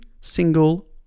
single